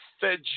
fed